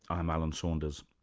i'm alan saunders.